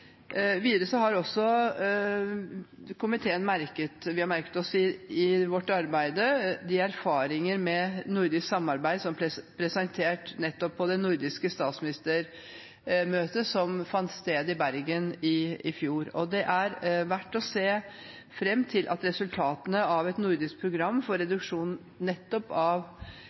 Videre har vi i vårt arbeid merket oss de erfaringer med nordisk samarbeid som ble presentert på det nordiske statsministermøtet som fant sted i Bergen i fjor. Det er verdt å se fram til resultatene av et nordisk program for reduksjon av